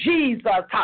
Jesus